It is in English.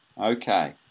okay